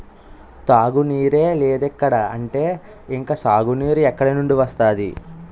తాగునీరే లేదిక్కడ అంటే ఇంక సాగునీరు ఎక్కడినుండి వస్తది?